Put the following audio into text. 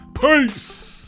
Peace